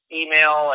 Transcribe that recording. email